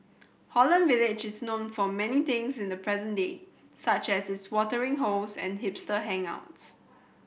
Holland Village is known for many things in the present day such as its watering holes and hipster hangouts